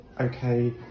okay